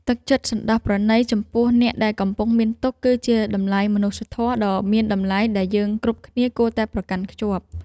ទឹកចិត្តសណ្តោសប្រណីចំពោះអ្នកដែលកំពុងមានទុក្ខ គឺជាតម្លៃមនុស្សធម៌ដ៏មានតម្លៃដែលយើងគ្រប់គ្នាគួរតែប្រកាន់ខ្ជាប់។